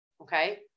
Okay